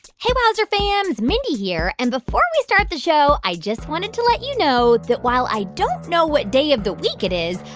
hey, wowzer fams. mindy here. and before we start the show, i just wanted to let you know that while i don't know what day of the week it is,